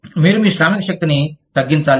మీరు మీ శ్రామిక శక్తిని తగ్గించాలి